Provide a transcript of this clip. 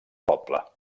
poble